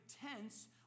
tense